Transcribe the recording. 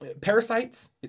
Parasites